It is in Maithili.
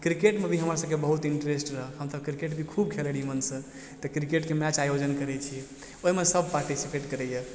क्रिकेटमे भी हमर सबके बहुत इंट्रेस्ट रहए हमसब क्रिकेट भी खूब खेलाइ रहियइ मनसँ तऽ क्रिकेटके मैच आयोजन करय छी ओइमे सब पार्टिसिपेट करइए